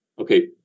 Okay